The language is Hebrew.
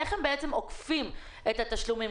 איך הם בעצם עוקפים את התשלומים?